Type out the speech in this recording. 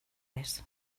res